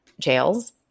jails